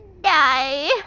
die